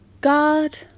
God